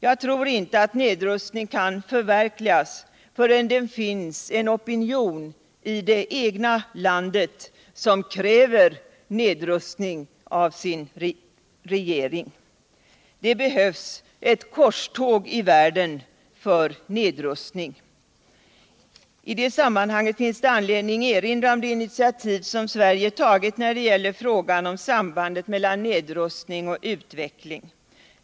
Jag tror inte att nedrustning kan förverkligas förrän det finns en opinion i det egna landet som kräver det av sin regering. Det behövs ett korståg I världen för nedrustning. I det sammanhanget finns det anledning att erinra om det initiativ som Sverige tagit när det gäller frågan om sambandet mellan nedrustning och utveckling.